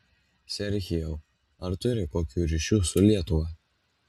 serhijau ar turi kokių ryšių su lietuva